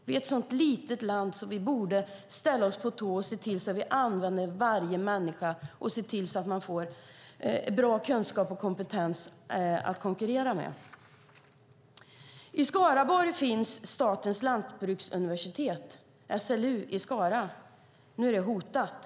Vi är ett sådant litet land att vi borde ställa oss på tå och se till att vi använder varje människa och se till att använda bra kunskap och kompetens att konkurrera med. I Skaraborg finns Statens lantbruksuniversitet, SLU i Skara. Nu är det hotat.